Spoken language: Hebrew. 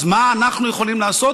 אז מה אנחנו יכולים לעשות?